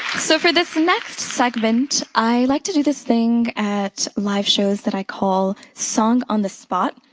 so for this next segment, i like to do this thing at live shows that i call song on the spot.